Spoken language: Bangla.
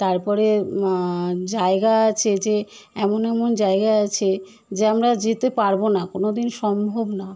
তার পরে জায়গা আছে যে এমন এমন জায়গা আছে যে আমরা যেতে পারব না কোনো দিন সম্ভব না